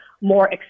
more